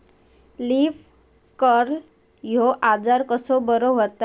Leaf curl ह्यो आजार कसो बरो व्हता?